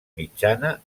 mitjana